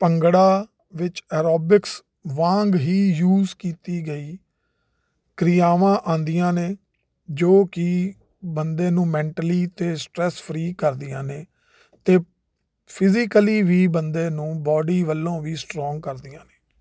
ਭੰਗੜਾ ਵਿੱਚ ਅਰੋਬਿਕਸ ਵਾਂਗ ਹੀ ਯੂਜ਼ ਕੀਤੀ ਗਈ ਕਿਰਿਆਵਾਂ ਆਉਂਦੀਆਂ ਨੇ ਜੋ ਕਿ ਬੰਦੇ ਨੂੰ ਮੈਂਟਲੀ ਅਤੇ ਸਟਰੈਸ ਫਰੀ ਕਰਦੀਆਂ ਨੇ ਅਤੇ ਫਿਜ਼ੀਕਲੀ ਵੀ ਬੰਦੇ ਨੂੰ ਬਾਡੀ ਵੱਲੋਂ ਵੀ ਸਟਰੋਂਗ ਕਰਦੀਆਂ ਨੇ